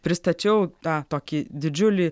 pristačiau tą tokį didžiulį